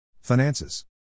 Finances